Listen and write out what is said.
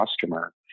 customer